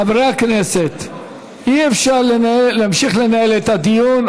חברי הכנסת, אי-אפשר להמשיך לנהל את הדיון.